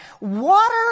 Water